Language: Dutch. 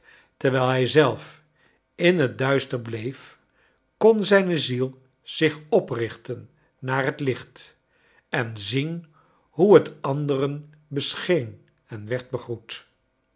terwijl hij zelf in net duister bleef kon ziine ziel zich oprichten naar het licht en zien hoe het anderen bescheen en werd begroet